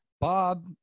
Bob